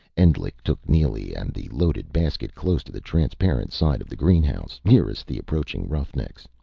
endlich took neely and the loaded basket close to the transparent side of the greenhouse, nearest the approaching roughnecks.